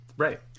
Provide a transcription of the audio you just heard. Right